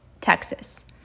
Texas